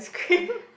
cream